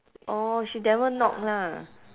orh she never knock lah